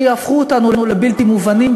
שיהפכו אותנו לבלתי מובנים,